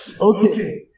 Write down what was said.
Okay